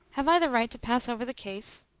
have i the right to pass over the case?